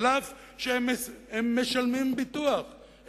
אף-על-פי שהם משלמים ביטוח,